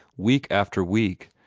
week after week,